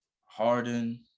harden